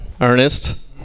Ernest